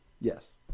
yes